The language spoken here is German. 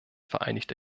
vereinigte